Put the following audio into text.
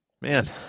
Man